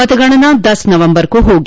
मतगणना दस नवम्बर को होगी